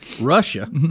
Russia